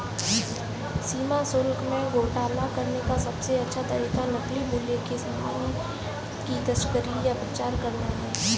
सीमा शुल्क में घोटाला करने का सबसे अच्छा तरीका नकली मूल्य के सामान की तस्करी या प्रचार करना है